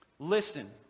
Listen